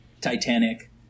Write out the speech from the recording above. Titanic